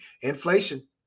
inflation